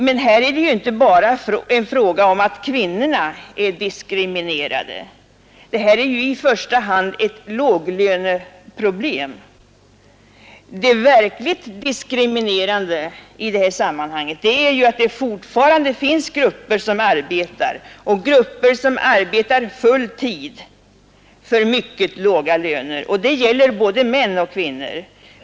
Men här är det inte bara fråga om att kvinnorna är diskriminerade, utan om ett låglöneproblem som sådant. Det verkligt diskriminerande i detta sammanhang är ju att det fortfarande finns grupper som arbetar — och grupper som arbetar full tid — för mycket låga löner. Det gäller både män och kvinnor.